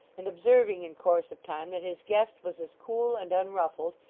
and observing in course of time that his guest was as cool and unruffled,